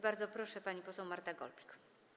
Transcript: Bardzo proszę, pani poseł Marta Golbik.